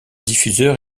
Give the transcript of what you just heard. diffuseur